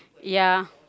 ya